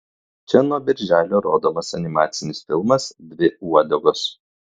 čia nuo birželio rodomas animacinis filmas dvi uodegos